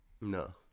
No